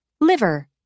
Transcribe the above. Liver